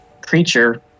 creature